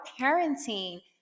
parenting